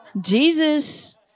Jesus